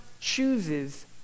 chooses